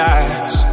eyes